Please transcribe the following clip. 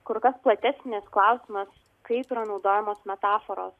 kur kas platesnis klausimas kaip yra naudojamos metaforos